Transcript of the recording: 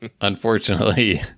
unfortunately